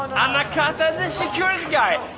anakata the so